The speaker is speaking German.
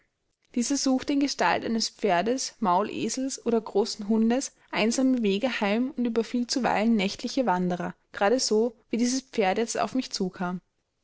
dieser suchte in gestalt eines pferdes maulesels oder großen hundes einsame wege heim und überfiel zuweilen nächtliche wanderer grade so wie dieses pferd jetzt auf mich zu